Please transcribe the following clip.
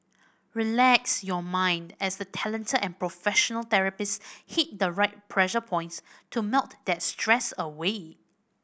relax your mind as the talented and professional therapists hit the right pressure points to melt that stress away